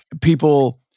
people